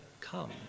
come